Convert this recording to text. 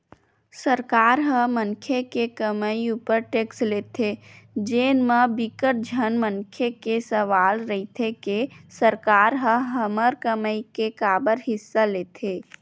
सरकार ह मनखे के कमई उपर टेक्स लेथे जेन म बिकट झन मनखे के सवाल रहिथे के सरकार ह हमर कमई के काबर हिस्सा लेथे